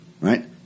Right